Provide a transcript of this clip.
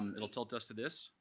um it will tilt us to this.